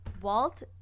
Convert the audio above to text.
Walt